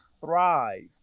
thrive